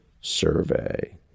survey